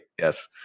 Yes